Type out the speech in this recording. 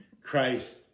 Christ